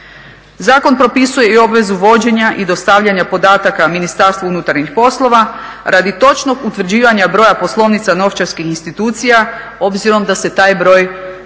Zakon propisuje i obvezu vođenja i dostavljanja podataka Ministarstvu unutarnjih poslova radi točnog utvrđivanja broja poslovnica novčarskih institucija obzirom da se taj broj stalno